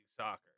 Soccer